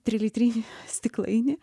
trilitrinį stiklainį